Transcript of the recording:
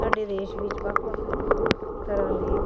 ਸਾਡੇ ਦੇਸ਼ ਵਿੱਚ ਵੱਖ ਵੱਖ ਤਰ੍ਹਾਂ ਦੇ